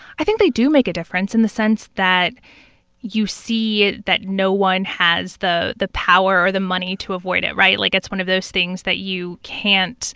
i think they do make a difference in the sense that you see that no one has the the power or the money to avoid it, right? like it's one of those things that you can't